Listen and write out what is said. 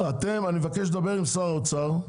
אני מבקש לדבר עם שר האוצר,